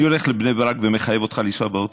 אני הולך לבני ברק ומחייב אותך לנסוע באוטובוס?